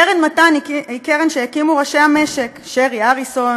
קרן מתן היא קרן שהקימו ראשי המשק: שרי אריסון,